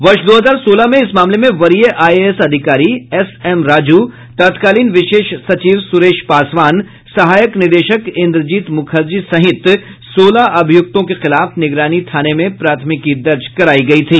वर्ष दो हजार सोलह में इस मामले में वरीय आईएएस अधिकारी एस एम राजू तत्कालीन विशेष सचिव सुरेश पासवान सहायक निदेशक इन्द्रजीत मुखर्जी सहित सोलह अभियुक्तों के खिलाफ निगरानी थाने में प्राथमिकी दर्ज करायी गयी थी